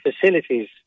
facilities